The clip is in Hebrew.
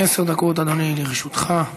עשר דקות, אדוני, לרשותך.